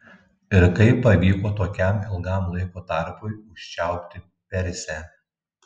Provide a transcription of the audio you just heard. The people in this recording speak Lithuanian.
ir kaip pavyko tokiam ilgam laiko tarpui užčiaupti persę